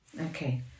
Okay